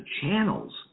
channels